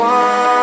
One